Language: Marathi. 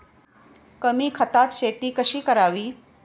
कमी खतात शेती कशी करावी?